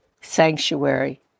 sanctuary